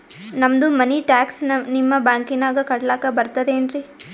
ನಮ್ದು money tax ನಿಮ್ಮ ಬ್ಯಾಂಕಿನಾಗ ಕಟ್ಲಾಕ ಬರ್ತದೇನ್ರಿ?